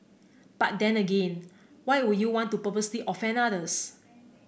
but then again why would you want to purposely offend others